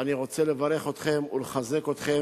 אני רוצה לברך אתכם ולחזק אתכם.